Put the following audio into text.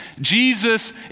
Jesus